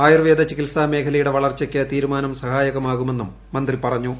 ആയുർവേദ ചികിത്സാ മേഖലയുടെ വളർച്ചയ്ക്ക് തീരുമാനം സഹായകമാകുമെന്നും മന്ത്രി പറഞ്ഞു